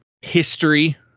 history